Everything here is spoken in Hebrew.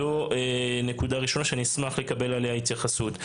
זו הנקודה הראשונה שאני אשמח לקבל עליה התייחסות.